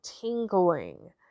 tingling